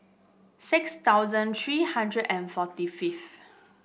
six thousand three hundred and forty fifth